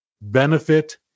benefit